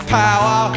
power